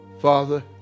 Father